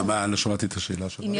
כן